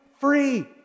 free